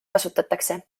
kasutatakse